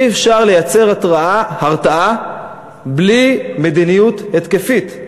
אי-אפשר לייצר הרתעה בלי מדיניות התקפית.